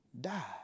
die